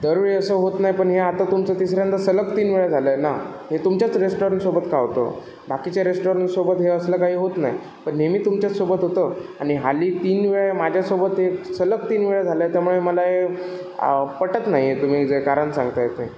दर वेळी असं होत नाही पण हे आता तुमचं तिसऱ्यांदा सलग तीन वेळा झालं आहे ना हे तुमच्याच रेस्टॉरंटसोबत का होतं बाकीच्या रेस्टॉरंटसोबत हे असलं काही होत नाही पण नेहमी तुमच्याचसोबत होतं आणि हाली तीन वेळा माझ्यासोबत ते सलग तीन वेळा झालं त्यामुळे मला हे आ पटत नाही आहे तुम्ही जे कारण सांगताय ते